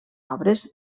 obres